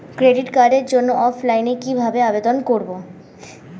Credit কার্ডের জন্য অফলাইনে কিভাবে আবেদন করব?